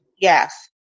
Yes